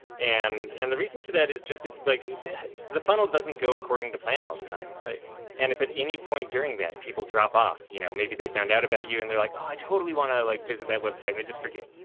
and and the reason for that is just like the funnel doesn't go according to plan all the time. derek right. graham and if at any point during that people drop off, you know, maybe they found out about you and they're like, i totally wanna like visit that website, and they just forget.